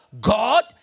God